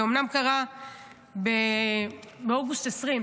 זה אומנם קרה באוגוסט 2020,